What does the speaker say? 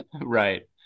Right